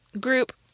group